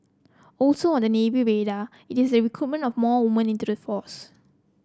also on the Navy radar is the recruitment of more woman into the force